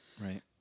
Right